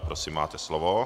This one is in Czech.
Prosím máte slovo.